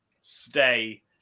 stay